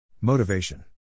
Motivation